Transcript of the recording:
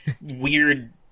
weird